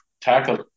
tackle